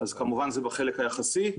אז כמובן זה בחלק היחסי.